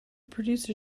producer